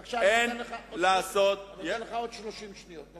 בבקשה, יהיו לך עוד 30 שניות.